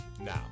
now